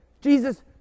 Jesus